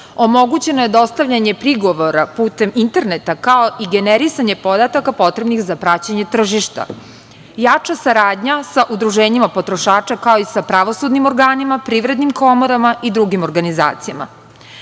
Omogućeno je dostavljanje prigovora putem interneta, kao i generisanje podataka potrebnih za praćenje tržišta. Jača saradnja sa udruženjima potrošača, kao i sa pravosudnim organima, privrednim komorama i drugim organizacijama. Najznačajnija